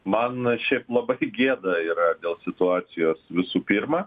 man šiaip labai gėda yra dėl situacijos visų pirma